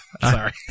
Sorry